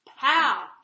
pow